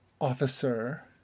officer